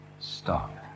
stop